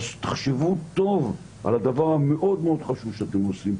תחשבו טוב על הדבר המאוד חשוב שאתם עושים.